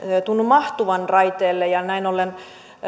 tunnu mahtuvan raiteelle ja näin ollen